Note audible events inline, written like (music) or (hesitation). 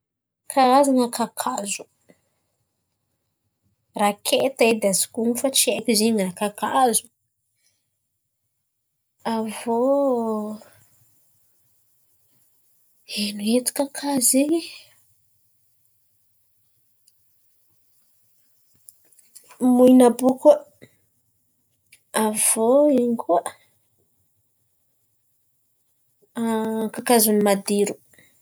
Karazana kakazo: raketa edy azoko onon̈o fa tsy haiko izy in̈y na kakazo. Aviô ino edy kakazo zen̈y? Moina àby io koa, aviô ino koa? (hesitation) kakazony madiro.